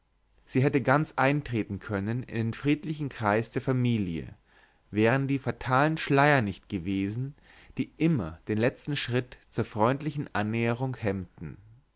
sie hätte ganz eintreten können in den friedlichen kreis der familie wären die fatalen schleier nicht gewesen die immer den letzten schritt zur freundlichen annährung hemmten